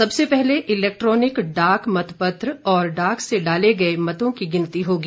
सबसे पहले इलेक्ट्रॉनिक डाक मतपत्र और डाक से डाले गए मतों की गिनती होगी